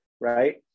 right